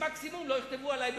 ומקסימום לא יכתבו עלי ב"מעריב"